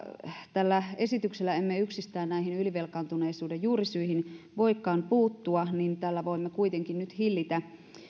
tällä esityksellä emme yksistään näihin ylivelkaantuneisuuden juurisyihin voikaan puuttua niin tällä voimme kuitenkin nyt hillitä